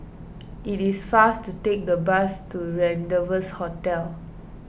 it is faster to take the bus to Rendezvous Hotel